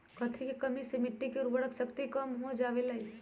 कथी के कमी से मिट्टी के उर्वरक शक्ति कम हो जावेलाई?